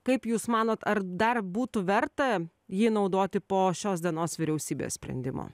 kaip jūs manot ar dar būtų verta jį naudoti po šios dienos vyriausybės sprendimo